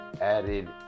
added